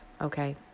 okay